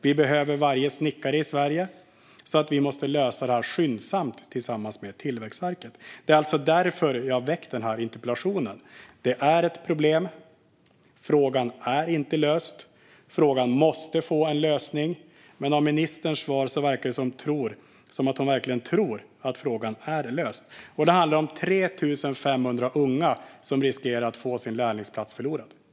Vi behöver varje snickare i Sverige, så vi måste lösa detta skyndsamt tillsammans med Tillväxtverket. Det är alltså därför jag har väckt denna interpellation. Detta är ett problem. Frågan är inte löst. Frågan måste få en lösning, men att döma av ministerns svar verkar det som att hon verkligen tror att frågan är löst. Det handlar om 3 500 unga som riskerar att förlora sin lärlingsplats.